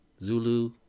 Zulu